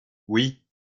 oui